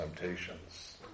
temptations